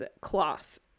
cloth